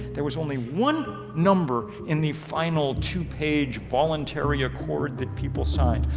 there was only one number in the final two page voluntary accord that people signed.